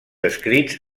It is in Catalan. escrits